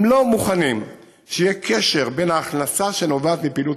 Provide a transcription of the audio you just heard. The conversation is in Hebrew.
הם לא מוכנים שיהיה קשר בין ההכנסה שנובעת מפעילות